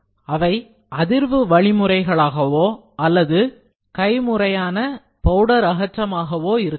அவை அதிர்வு வழிமுறைகளாகவோ அல்லது கை முறையான பவுடர் அகற்றமாகவோ இருக்கலாம்